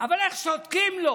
אבל איך שותקים לו